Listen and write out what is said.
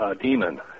demon